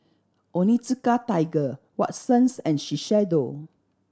Onitsuka Tiger Watsons and Shiseido